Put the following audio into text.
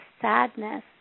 sadness